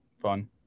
Fun